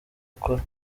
akora